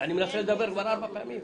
הסעיף יובא כלשונו אך יש תוספת עליו שאומרת: